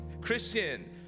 Christian